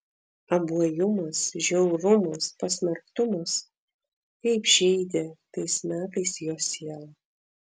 abuojumas žiaurumas pasmerktumas kaip žeidė tais metais jo sielą